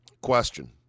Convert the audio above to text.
question